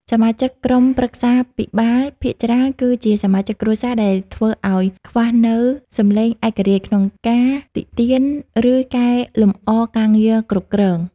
សមាជិកក្រុមប្រឹក្សាភិបាលភាគច្រើនគឺជាសមាជិកគ្រួសារ ដែលធ្វើឱ្យខ្វះនូវ "សំឡេងឯករាជ្យ" ក្នុងការទិតៀន ឬកែលម្អការងារគ្រប់គ្រង។